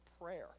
prayer